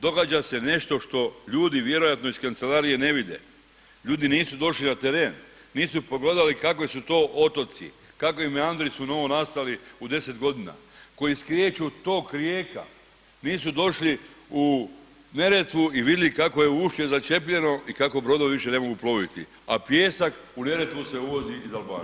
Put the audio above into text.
Događa se nešto što ljudi vjerojatno iz kancelarije ne vide, ljudi nisu došli na teren, nisu pogledali kakve su to otoci, kakvi meandri su novonastali u 10 godina koji skreću tok rijeka, nisu došli u Neretvu i vidli kakvo je ušće začepljeno i kako brodovi više ne mogu ploviti, a pijesak u Neretvu se uvozi iz Albanije.